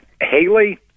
Haley